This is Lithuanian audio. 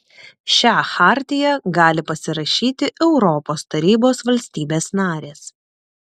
šią chartiją gali pasirašyti europos tarybos valstybės narės